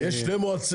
יש שניים,